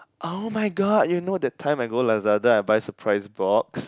[oh]-my-god you know that time I go Lazada I buy surprise box